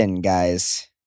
guys